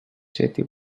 جدی